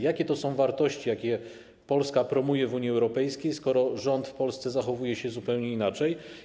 Jakie to są wartości, jakie Polska promuje w Unii Europejskiej, skoro rząd w Polsce zachowuje się zupełnie inaczej?